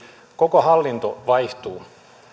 koko hallinto vaihtuu